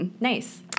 Nice